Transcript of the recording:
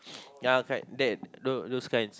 ya correct that those those kinds